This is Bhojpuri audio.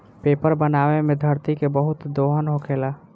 पेपर बनावे मे धरती के बहुत दोहन होखेला